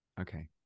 okay